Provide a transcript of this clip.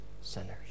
sinners